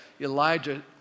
Elijah